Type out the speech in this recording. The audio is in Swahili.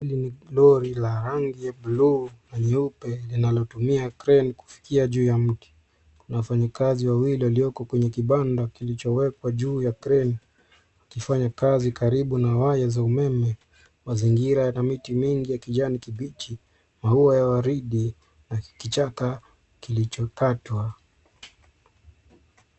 Hili ni lori la rangi ya buluu na nyeupe linalotumia kreni kufikia juu ya mti. Wafanyikazi wawili walioko kwenye kibanda kilichowekwa juu ya kreni wakifanya kazi karibu na waya za umeme. Mazingira yana miti mingi ya kijani kibichi, maua ya waridi na kichaka kilichokatwa.